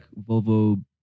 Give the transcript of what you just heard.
Volvo